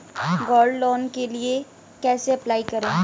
Gold loan के लिए कैसे अप्लाई करें?